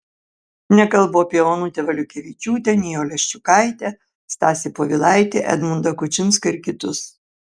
nekalbu apie onutę valiukevičiūtę nijolę ščiukaitę stasį povilaitį edmundą kučinską ir kitus